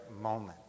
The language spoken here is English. moment